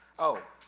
oh!